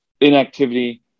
Inactivity